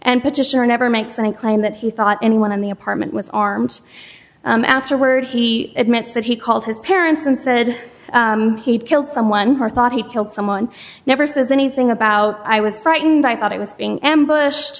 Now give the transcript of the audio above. and petitioner never makes any claim that he thought anyone in the apartment with arms afterward he admits that he called his parents and said he'd killed someone or thought he killed someone never says anything about i was frightened i thought it was being ambushed